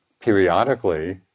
periodically